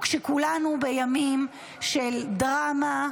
וכשכולנו בימים של דרמה,